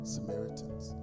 Samaritans